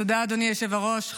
תודה, אדוני היושב-ראש.